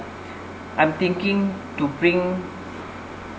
I'm thinking to bring